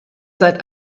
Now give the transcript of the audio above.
seit